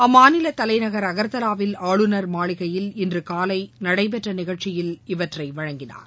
அம்மாநில தலைநகர் அகர்தலாவில் ஆளுனர் மாளிகையில் இன்று காலை நடைபெற்ற நிகழ்ச்சியில் இவற்றை வழங்கினார்